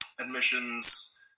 admissions